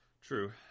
true